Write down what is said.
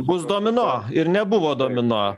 bus domino ir nebuvo domino